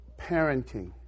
parenting